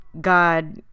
God